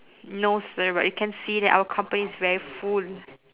no sir but you can see that our company is very full